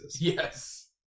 Yes